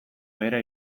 behera